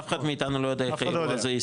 אף אחד מאיתנו לא יודע איך זה יסתיים